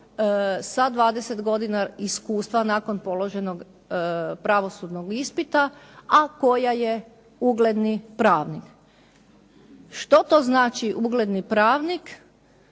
sa 20 godina iskustva nakon položenog pravosudnog ispita a koja je ugledni pravnik. Što to znači ugledni pravnik?